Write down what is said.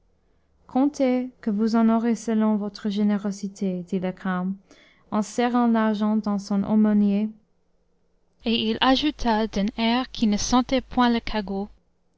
comptez que vous en aurez selon votre générosité dit le carme en serrant l'argent dans son aumônière et il ajouta d'un air qui ne sentait point le cagot